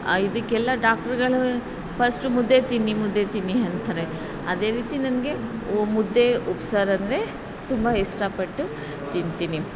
ಇದಕ್ಕೆಲ್ಲ ಡಾಕ್ಟ್ರುಗಳು ಫಸ್ಟು ಮುದ್ದೆ ತಿನ್ನಿ ಮುದ್ದೆ ತಿನ್ನಿ ಅಂತಾರೆ ಅದೇ ರೀತಿ ನನಗೆ ಓ ಮುದ್ದೆ ಉಪ್ಸಾರು ಅಂದರೆ ತುಂಬ ಇಷ್ಟಪಟ್ಟು ತಿಂತೀನಿ